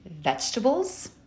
vegetables